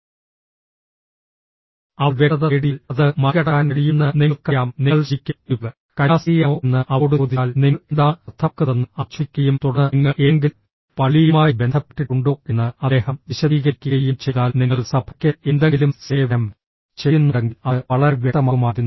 അവർ വ്യക്തത തേടിയാൽ അത് മറികടക്കാൻ കഴിയുമെന്ന് നിങ്ങൾക്കറിയാം നിങ്ങൾ ശരിക്കും ഒരു കന്യാസ്ത്രീയാണോ എന്ന് അവളോട് ചോദിച്ചാൽ നിങ്ങൾ എന്താണ് അർത്ഥമാക്കുന്നതെന്ന് അവർ ചോദിക്കുകയും തുടർന്ന് നിങ്ങൾ ഏതെങ്കിലും പള്ളിയുമായി ബന്ധപ്പെട്ടിട്ടുണ്ടോ എന്ന് അദ്ദേഹം വിശദീകരിക്കുകയും ചെയ്താൽ നിങ്ങൾ സഭയ്ക്ക് എന്തെങ്കിലും സേവനം ചെയ്യുന്നുണ്ടെങ്കിൽ അത് വളരെ വ്യക്തമാകുമായിരുന്നു